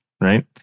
right